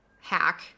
hack